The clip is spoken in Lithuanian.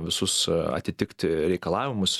visus atitikti reikalavimus